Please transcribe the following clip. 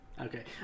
Okay